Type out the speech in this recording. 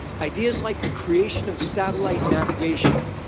ideas like the creation of satellite navigation,